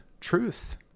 truth